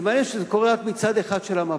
זה מעניין שזה קורה רק מצד אחד של המפה.